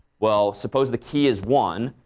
well, suppose the key is one.